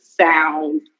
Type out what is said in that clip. sound